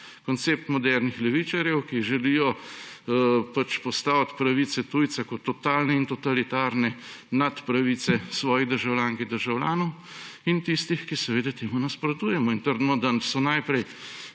koncept modernih levičarjev, ki želijo postaviti pravice tujca kot totalne in totalitarne nad pravice svojih državljank in državljanov; in koncept tistih, ki seveda temu nasprotujemo in trdimo, da smo vsi